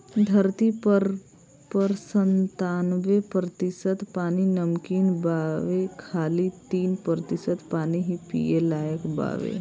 धरती पर पर संतानबे प्रतिशत पानी नमकीन बावे खाली तीन प्रतिशत पानी ही पिए लायक बावे